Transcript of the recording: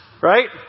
Right